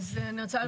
הוועדה.